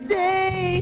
day